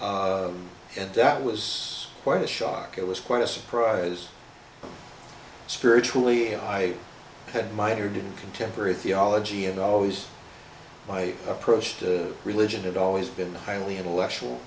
and that was quite a shock it was quite a surprise spiritually i had mitered contemporary theology and always my approach to religion had always been highly intellectual